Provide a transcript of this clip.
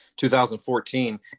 2014